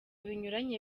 binyuranye